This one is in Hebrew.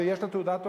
ויש לה תעודת הוראה,